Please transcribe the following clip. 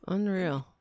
Unreal